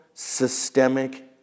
Systemic